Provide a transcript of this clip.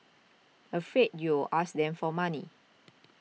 afraid you'll ask them for money